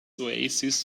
oasis